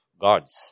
gods